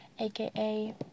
aka